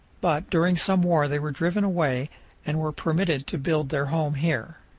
but during some war they were driven away and were permitted to build their home here.